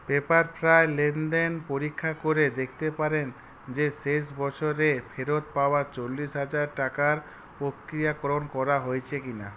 Pepperfry লেনদেন পরীক্ষা করে দেখতে পারেন যে শেষ বছরে ফেরত পাওয়া চল্লিশ হাজার টাকার প্রক্রিয়াকরণ করা হয়েছে কিনা